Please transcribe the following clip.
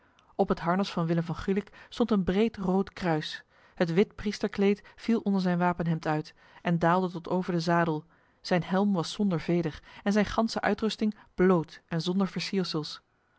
op het harnas van willem van gulik stond een breed rood kruis het wit priesterkleed viel onder zijn wapenhemd uit en daalde tot over de zadel zijn helm was zonder veder en zijn ganse uitrusting bloot en zonder